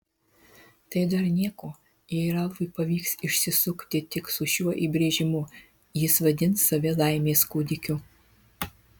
tai dar nieko jei ralfui pavyks išsisukti tik su šiuo įbrėžimu jis vadins save laimės kūdikiu